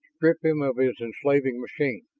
strip him of his enslaving machine.